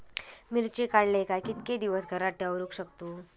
मिर्ची काडले काय कीतके दिवस घरात दवरुक शकतू?